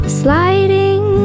sliding